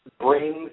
brings